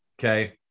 okay